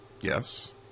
yes